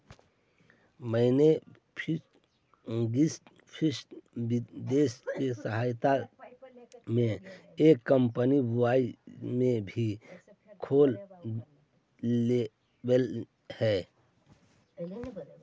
मैंने green field निवेश के सहायता से एक कंपनी दुबई में भी खोल लेके हइ